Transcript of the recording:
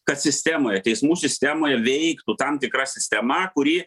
kad sistemoje teismų sistemoje veiktų tam tikra sistema kuri